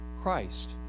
Christ